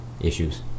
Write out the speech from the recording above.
issues